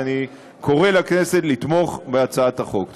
ואני קורא לכנסת לתמוך בהצעת החוק.